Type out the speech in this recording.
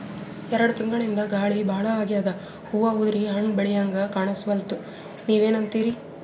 ಎರೆಡ್ ತಿಂಗಳಿಂದ ಗಾಳಿ ಭಾಳ ಆಗ್ಯಾದ, ಹೂವ ಉದ್ರಿ ಹಣ್ಣ ಬೆಳಿಹಂಗ ಕಾಣಸ್ವಲ್ತು, ನೀವೆನಂತಿರಿ?